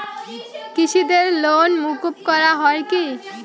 কৃষকদের লোন মুকুব করা হয় কি?